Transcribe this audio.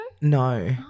No